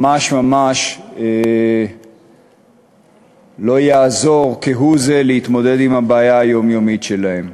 זה ממש ממש לא יעזור כהוא זה להתמודד עם הבעיה היומיומית שלהם.